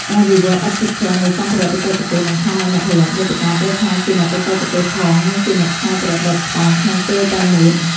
ការវិវត្តឥតឈប់ឈរនៃសម្ភារៈបច្ចេកទេស បង្ខំឱ្យអ្នកផលិតមាតិកាត្រូវក្លាយជាអ្នកបច្ចេកទេសផង និងជាអ្នកច្នៃប្រឌិតផងក្នុងពេលតែមួយ។